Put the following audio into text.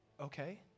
Okay